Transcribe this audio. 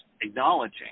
acknowledging